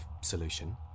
solution